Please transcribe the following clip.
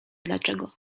dlaczego